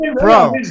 bro